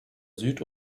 süd